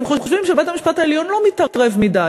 הם לא חושבים שבית-המשפט העליון מתערב מדי,